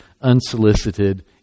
unsolicited